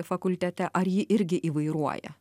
fakultete ar ji irgi įvairuoja